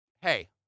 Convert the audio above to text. hey